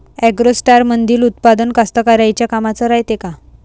ॲग्रोस्टारमंदील उत्पादन कास्तकाराइच्या कामाचे रायते का?